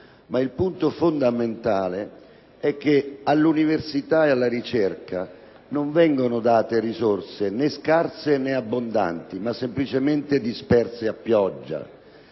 Il punto fondamentale e che all’universitae alla ricerca non vengono date risorse ne´ scarse ne´ abbondanti, ma semplicemente disperse a pioggia.